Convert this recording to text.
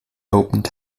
opened